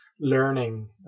learning